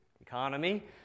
economy